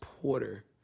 Porter